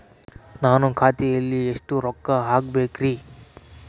ನಾನು ಖಾತೆಯಲ್ಲಿ ಎಷ್ಟು ರೊಕ್ಕ ಹಾಕಬೇಕ್ರಿ?